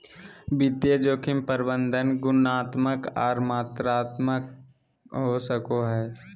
वित्तीय जोखिम प्रबंधन गुणात्मक आर मात्रात्मक हो सको हय